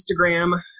Instagram